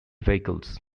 vehicles